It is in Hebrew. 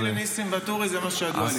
אני חתמתי לניסים ואטורי, זה מה שידוע לי.